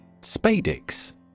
Spadix